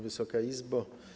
Wysoka Izbo!